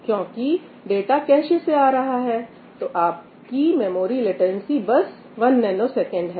क्योंकि data cache से आ रहा है तो आपकी मेमोरी लेटेंसी बस 1ns है